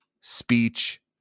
Speech